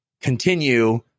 continue